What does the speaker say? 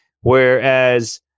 Whereas